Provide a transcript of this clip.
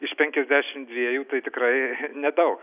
iš penkiasdešim dviejų tai tikrai nedaug